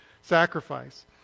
sacrifice